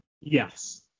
Yes